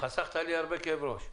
חסכת לי הרבה כאב ראש.